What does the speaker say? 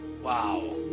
Wow